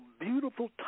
beautiful